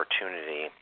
opportunity